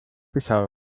bissau